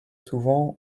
souvent